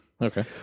Okay